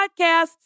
podcasts